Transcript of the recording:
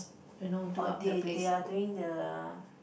oh they they are doing the